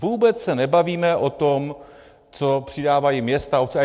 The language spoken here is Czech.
Vůbec se nebavíme o tom, co přidávají města a obce.